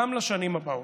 גם לשנים הבאות,